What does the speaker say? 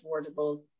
affordable